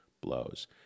blows